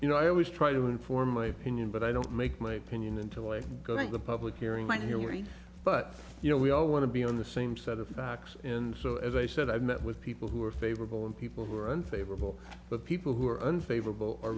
you know i always try to inform my opinion but i don't make my opinion until i go to the public hearing my hearing but you know we all want to be on the same set of facts and so as i said i've met with people who are favorable and people who are unfavorable but people who are unfavorable are